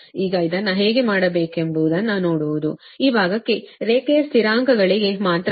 ಈಗ ಇದನ್ನು ಹೇಗೆ ಮಾಡಬೇಕೆಂಬುದನ್ನು ನೋಡುವುದು ಈ ಭಾಗಕ್ಕೆ ರೇಖೆಯ ಸ್ಥಿರಾಂಕಗಳಿಗೆ ಮಾತ್ರ R ನೀಡಲಾಗುತ್ತದೆ 0